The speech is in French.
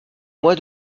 mois